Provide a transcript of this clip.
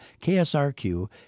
KSRQ